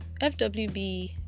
FWB